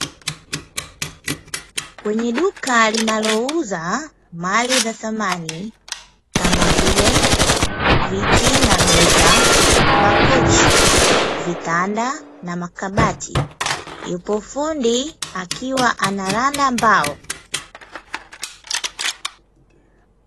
Kwenye duka linalouza mali za samani, kama vile: viti na meza, makochi, vitanda na makabati. Yupo fundi akiwa anaranda mbao.